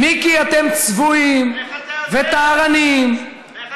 מיקי, אתם צבועים וטהרנים, איך אתה יודע?